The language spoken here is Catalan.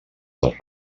dels